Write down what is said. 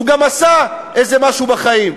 שהוא גם עשה איזה משהו בחיים: